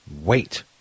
wait